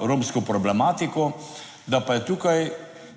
romsko problematiko, da pa je tukaj